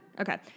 Okay